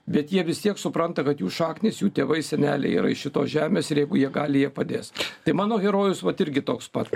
bet jie vis tiek supranta kad jų šaknys jų tėvai seneliai yra iš šitos žemės ir jeigu jie gali jie padės tai mano herojus vat irgi toks pat